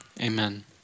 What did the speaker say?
amen